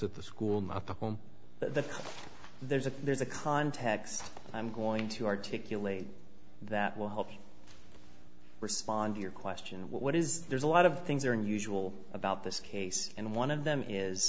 at the school not the home that there's a there's a context i'm going to articulate that will help respond to your question what is there's a lot of things are unusual about this case and one of them is